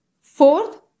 Fourth